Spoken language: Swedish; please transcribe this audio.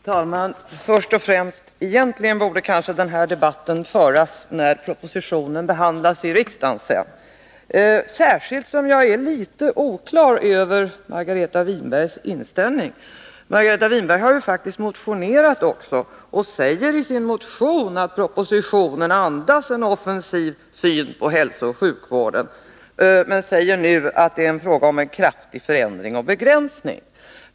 Herr talman! Först och främst: Egentligen borde kanske den här debatten föras när propositionen behandlas i riksdagen, särskilt som jag inte är riktigt på det klara med Margareta Winbergs inställning. Margareta Winberg har ju faktiskt också motionerat och säger i sin motion att propositionen andas en offensiv syn på hälsooch sjukvården, medan hon nu säger att det är fråga om en kraftig förändring och begränsning.